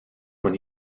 when